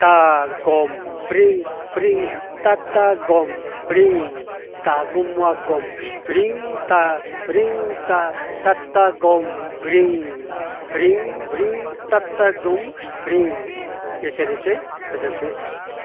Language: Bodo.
एसेनोसै गोजोनथों